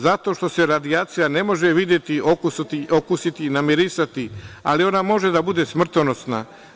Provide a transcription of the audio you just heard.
Zato što se radijacija ne može videti, okusiti i namirisati, ali ona može da bude smrtonosna.